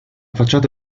facciata